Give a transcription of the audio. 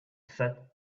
sad